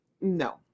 No